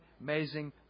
amazing